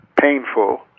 painful